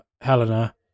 helena